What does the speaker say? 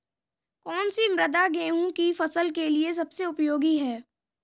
कौन सी मृदा गेहूँ की फसल के लिए सबसे उपयोगी है?